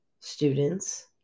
students